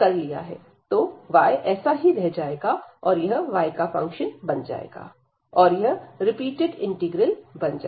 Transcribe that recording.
कर लिया है तो y ऐसा ही रह जाएगा और यह y का फंक्शन बन जाएगा और यह रिपीटेड इंटीग्रल बन जाएगा